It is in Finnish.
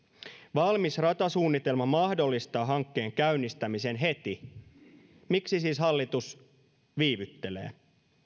valmis ratasuunnitelma mahdollistaa hankkeen käynnistämisen heti miksi siis hallitus viivyttelee